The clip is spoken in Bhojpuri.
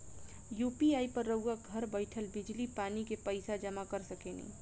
यु.पी.आई पर रउआ घर बईठल बिजली, पानी के पइसा जामा कर सकेनी